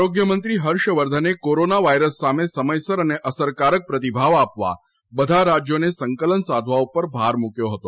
આરોગ્યમંત્રી હર્ષવર્ધને corona virus સામે સમયસર અને અસરકારક પ્રતિભાવ આપવા બધા રાજ્યોને સંકલન સાધવા ઉપર ભાર મૂક્યો હતો